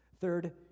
Third